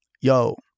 yo